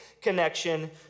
connection